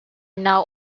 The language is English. now